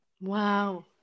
Wow